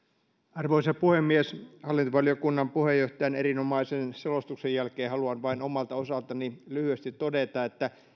arvoisa puhemies hallintovaliokunnan puheenjohtajan erinomaisen selostuksen jälkeen haluan vain omalta osaltani lyhyesti todeta että